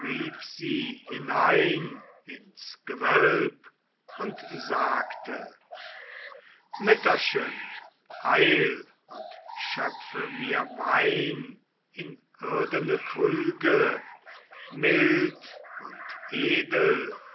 hinein ins gewölb und sagte mütterchen eil und schöpfe mir wein in irdene krüge mild und edel